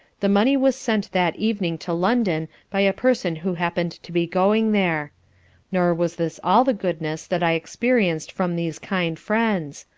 the money was sent that evening to london by a person who happen'd to be going there nor was this all the goodness that i experienced from these kind friends,